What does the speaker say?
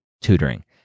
tutoring